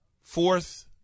fourth